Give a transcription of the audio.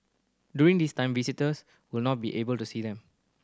during this time visitors would not be able to see them